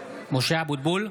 אבוטבול,